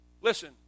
Listen